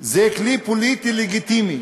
היא כלי פוליטי לגיטימי